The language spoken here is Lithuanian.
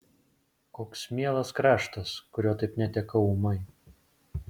koks mielas kraštas kurio taip netekau ūmai